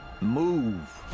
Move